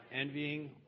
envying